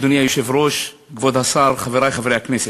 אדוני היושב-ראש, כבוד השר, חברי חברי הכנסת,